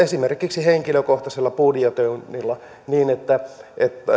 esimerkiksi henkilökohtaisella budjetoinnilla niin että